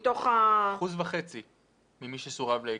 אחוז וחצי ממי שסורב לכניסה.